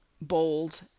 bold